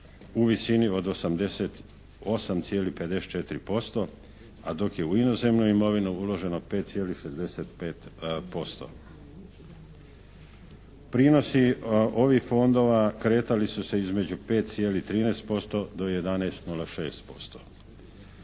u visini od 88,54% a dok je u inozemnu imovinu uloženo 5,65%. Prinosi ovih fondova kretali su se između 5,13% do 11,06%.